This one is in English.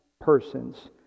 persons